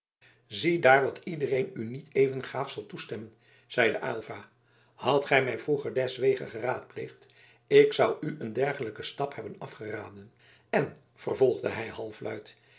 ziedaar wat iedereen u niet even gaaf zal toestemmen zeide aylva hadt gij mij vroeger deswege geraadpleegd ik zou u een dergelijken stap hebben afgeraden en vervolgde hij halfluid